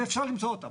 ואפשר למצוא אותם.